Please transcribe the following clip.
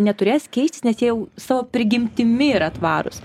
neturės keistis nes jie jau savo prigimtimi yra tvarūs